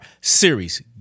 series